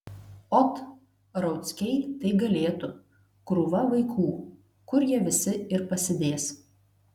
ot rauckiai tai galėtų krūva vaikų kur jie visi ir pasidės